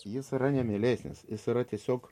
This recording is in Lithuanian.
jis yra nemielesnis jis yra tiesiog